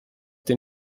den